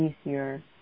easier